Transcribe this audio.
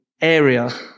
area